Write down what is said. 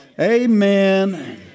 Amen